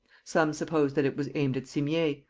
some supposed that it was aimed at simier,